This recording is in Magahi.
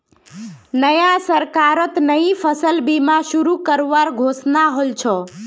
नया सरकारत नई फसल बीमा शुरू करवार घोषणा हल छ